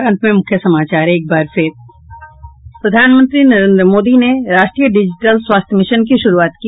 और अब अंत में मुख्य समाचार प्रधानमंत्री नरेंद्र मोदी ने राष्ट्रीय डिजिटल स्वास्थ्य मिशन की शुरूआत की